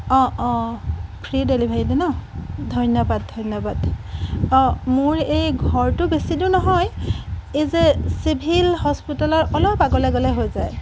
অঁ অঁ free delivery তে ন' ধন্যবাদ ধন্যবাদ অঁ মোৰ এই ঘৰটো বেছি দূৰ নহয় এই যে চিভিল হস্পিতালৰ অলপ আগলৈ গ'লে হৈ যায়